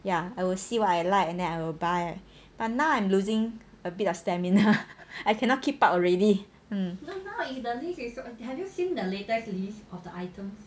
ya I will see what I like and then I will buy but now I'm losing a bit of stamina I cannot keep up already um